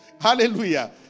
Hallelujah